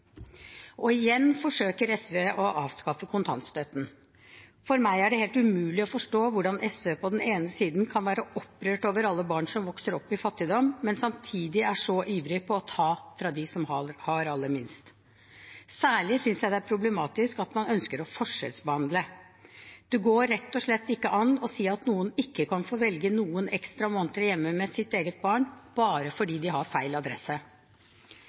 Og igjen forsøker SV å avskaffe kontantstøtten. For meg er det helt umulig å forstå hvordan SV på den ene siden kan være opprørt over alle barn som vokser opp i fattigdom, men samtidig er så ivrig etter å ta fra dem som har aller minst. Særlig synes jeg det er problematisk at man ønsker å forskjellsbehandle. Det går rett og slett ikke an å si at noen ikke kan få velge noen ekstra måneder hjemme med sitt eget barn bare fordi de har feil adresse.